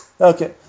okay